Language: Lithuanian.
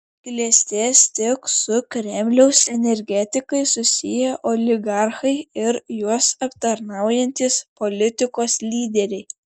klestės tik su kremliaus energetikais susiję oligarchai ir juos aptarnaujantys politikos lyderiai